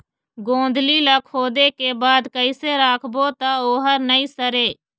गोंदली ला खोदे के बाद कइसे राखबो त ओहर नई सरे?